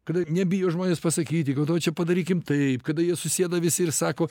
kada nebijo žmonės pasakyti kad o čia padarykim taip kada jie susėda visi ir sako